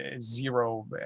zero